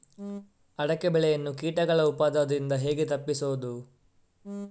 ಅಡಿಕೆ ಬೆಳೆಯನ್ನು ಕೀಟಗಳ ಉಪದ್ರದಿಂದ ಹೇಗೆ ತಪ್ಪಿಸೋದು?